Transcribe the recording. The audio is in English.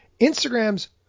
Instagram's